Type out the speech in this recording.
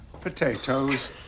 potatoes